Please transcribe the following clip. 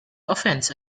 offense